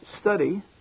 study